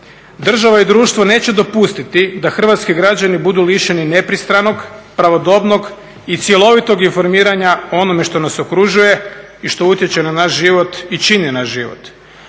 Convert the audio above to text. Država i društvo neće dopustiti da Hrvatski građani budu lišeni nepristranog, pravodobnog i cjelovitog informiranja o onome što nas okružuje i što utječe na naš život i čini naš život.